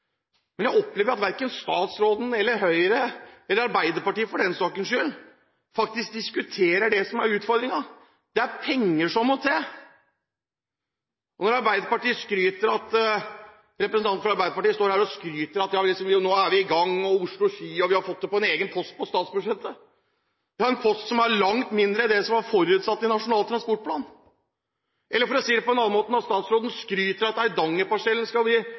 som er utfordringen. Det er penger som må til. Når representanten fra Arbeiderpartiet står her og skryter av at vi nå er i gang med Oslo–Ski, vi har fått det på en egen post i statsbudsjettet, er det en post som er langt mindre enn det som var forutsatt i Nasjonal transportplan, eller – for å si det på en annen måte – når statsråden skryter av at vi skal starte opp med Eidangerparsellen i 2012, vi